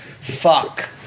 Fuck